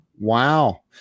wow